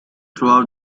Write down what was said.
throughout